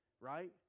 Right